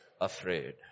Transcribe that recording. afraid